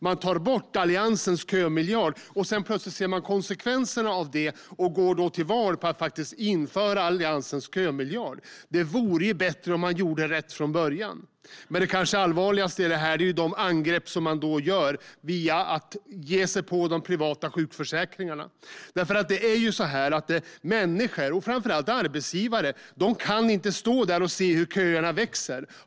Man tar bort Alliansens kömiljard; sedan ser man plötsligt konsekvenserna av detta och går till val på att införa den. Det vore bättre om man gjorde rätt från början. Men det kanske allvarligaste i detta är de angrepp man gör genom att ge sig på de privata sjukförsäkringarna. Människor, och framför allt arbetsgivare, kan nämligen inte stå där och se hur köerna växer.